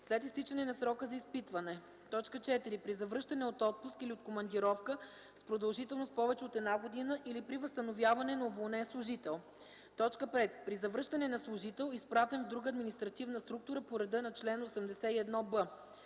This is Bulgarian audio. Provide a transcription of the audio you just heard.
след изтичане на срока за изпитване; 4. при завръщане от отпуск или от командировка с продължителност повече от една година или при възстановяване на уволнен служител; 5. при завръщане на служител, изпратен в друга административна структура по реда на чл. 81б;